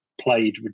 played